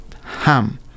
Ham